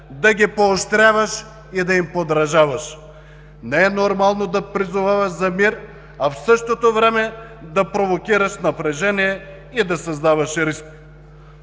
да ги поощряваш и да им подражаваш. Не е нормално да призоваваш за мир, а в същото време да провокираш напрежение и да създаваш риск.